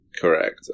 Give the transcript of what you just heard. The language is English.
Correct